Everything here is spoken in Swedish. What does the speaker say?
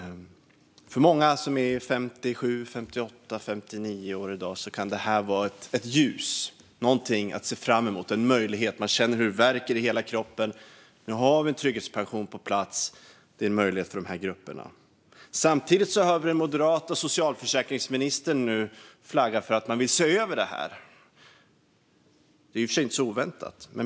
För många som i dag är 57, 58 eller 59 kan det här vara ett ljus, någonting att se fram emot och en möjlighet när de känner hur det värker i hela kroppen. Nu har vi en trygghetspension på plats, vilket innebär en möjlighet för dessa grupper. Samtidigt hör vi den moderata socialförsäkringsministern flagga för att man vill se över detta, vilket inte är så oväntat.